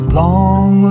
long